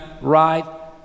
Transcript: right